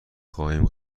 خواهیم